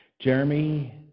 Jeremy